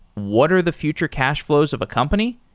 what are the future cash flows of a company?